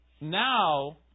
now